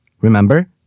Remember